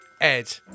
Ed